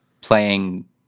playing